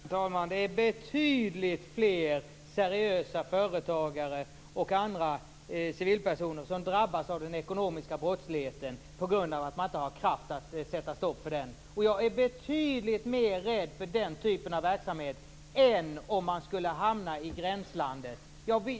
Herr talman! Det är betydligt fler seriösa företagare och andra civilpersoner som drabbas av den ekonomiska brottsligheten på grund av att man inte har kraft att sätta stopp för den. Jag är betydligt mer rädd för den typen av verksamhet än om man skulle hamna i gränslandet.